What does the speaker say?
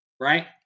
right